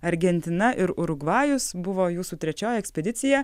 argentina ir urugvajus buvo jūsų trečioji ekspedicija